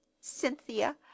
cynthia